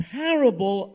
parable